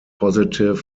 reviews